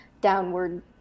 downward